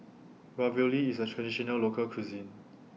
Ravioli IS A Traditional Local Cuisine